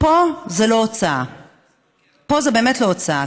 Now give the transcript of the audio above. פה זו באמת לא הוצאה,